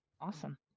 Awesome